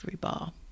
bar